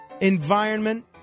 environment